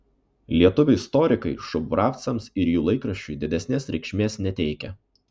lietuvių istorikai šubravcams ir jų laikraščiui didesnės reikšmės neteikia